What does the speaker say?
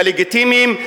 הלגיטימיים,